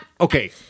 okay